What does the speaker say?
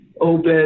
Obed